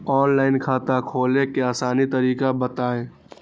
Online खाता खोले के आसान तरीका बताए?